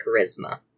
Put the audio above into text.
charisma